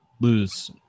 lose